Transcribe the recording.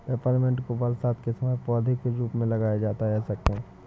Peppermint को बरसात के समय पौधे के रूप में लगाया जाता है ऐसा क्यो?